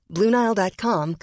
Bluenile.com